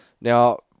Now